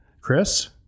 Chris